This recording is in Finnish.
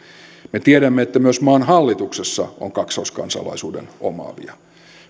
me tiedämme että myös maan hallituksessa on kaksoiskansalaisuuden omaavia